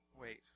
Wait